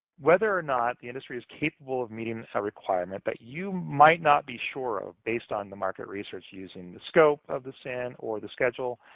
whether or not the industry's capable of meeting a requirement that you might not be sure of, based on the market research using the scope of the sin of the schedule.